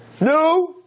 No